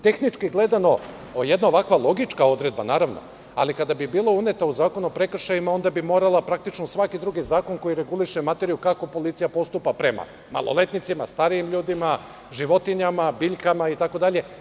Tehnički gledano, jedna ovako logička odredba - naravno, ali kada bi bila uneta u Zakono prekršajima, onda bi morali i praktično svaki drugi zakon koji reguliše materiju kako policija postupa prema maloletnicima, starijim ljudima, životinjama, biljkama, itd.